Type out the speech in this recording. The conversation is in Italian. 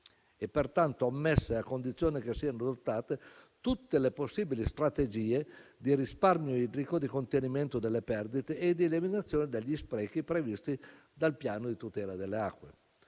e pertanto ammessa a condizione che siano adottate tutte le possibili strategie di risparmio idrico, di contenimento delle perdite e di eliminazione degli sprechi previsti dal piano di tutela delle acque.